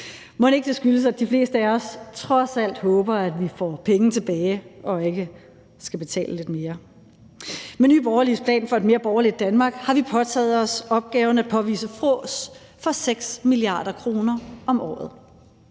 det skyldes, at de fleste af os trods alt håber, at vi får penge tilbage og ikke skal betale lidt mere? Med Nye Borgerliges plan for et mere borgerligt Danmark har vi påtaget os opgaven at påvise frås for 6 mia. kr. om året.